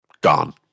gone